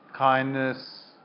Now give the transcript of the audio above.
kindness